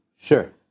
Sure